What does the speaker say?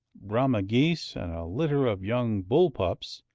brahma geese, and a litter of young bull pups,